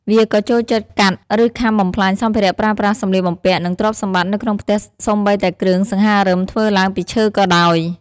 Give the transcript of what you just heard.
វាក៏ចូលចិត្តកាត់ ឬខាំបំផ្លាញសម្ភារៈប្រើប្រាស់ សម្លៀកបំពាក់ និងទ្រព្យសម្បត្តិនៅក្នុងផ្ទះសូម្បីតែគ្រឿងសង្ហារឹមធ្វើឡើងពីឈើក៏ដោយ។